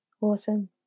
Awesome